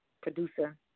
producer